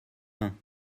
main